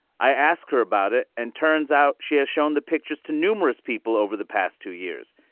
i asked her about it, and turns out she has shown the pictures to numerous people over the past two years.